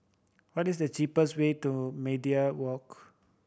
what is the cheapest way to Media Walk